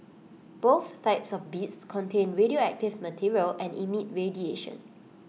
both types of beads contain radioactive material and emit radiation